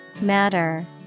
Matter